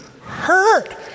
hurt